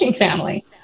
family